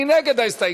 מי נגד ההסתייגות?